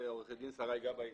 ועו"ד שרי גבאי.